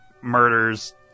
murders